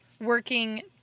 working